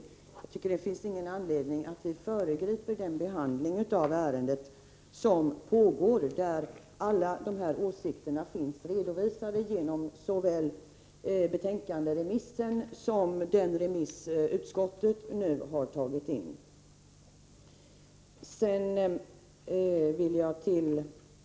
Jag tycker inte att det finns någon anledning att föregripa den behandling av ärendet som pågår och där alla de åsikter som kommit fram genom såväl betänkanderemissen som den remiss utskottet nu har tagit in finns med.